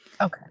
okay